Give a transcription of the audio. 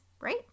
right